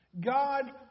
God